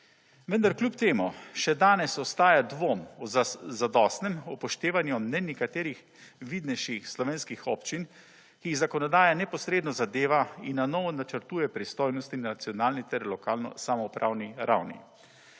Vendar kljub temu še danes ostaja dvom o zadostnem upoštevanju mnenj nekaterih vidnejših slovenskih občin, ki jih zakonodaja neposredno zadeva in na novo načrtuje pristojnosti na nacionalni ter lokalno samoupravni ravni.